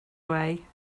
away